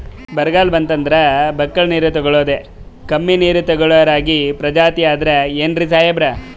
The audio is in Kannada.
ಬರ್ಗಾಲ್ ಬಂತಂದ್ರ ಬಕ್ಕುಳ ನೀರ್ ತೆಗಳೋದೆ, ಕಮ್ಮಿ ನೀರ್ ತೆಗಳೋ ರಾಗಿ ಪ್ರಜಾತಿ ಆದ್ ಏನ್ರಿ ಸಾಹೇಬ್ರ?